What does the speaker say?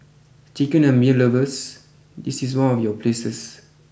chicken and beer lovers this is one of your places